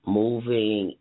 moving